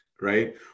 right